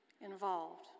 involved